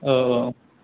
औ औ